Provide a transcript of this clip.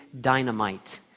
dynamite